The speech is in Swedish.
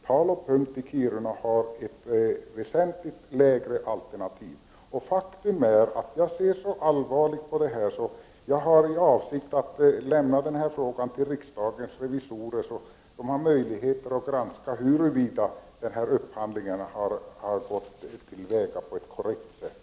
Tal & Punkt i Kiruna hade ett väsentligt lägre alternativ. Jag ser så allvarligt på detta att jag har för avsikt att överlämna frågan till riksdagens revisorer, som har möjlighet att granska huruvida upphandlingen har gått till på ett korrekt sätt.